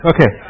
Okay